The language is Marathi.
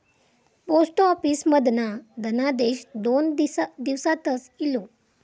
पोस्ट ऑफिस मधना धनादेश दोन दिवसातच इलो